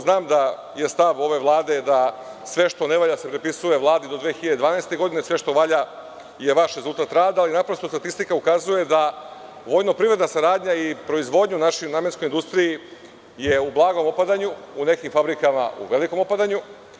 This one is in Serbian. Znam da je stav ove Vlade da sve što ne valja se pripisuje Vladi do 2012. godine, sve što valja je vaš rezultat rada, ali statistika pokazuje da vojno-privredna saradnja i proizvodnja u našoj namenskoj industriji je u blagom opadanju, u nekim fabrikama u velikom opadanju.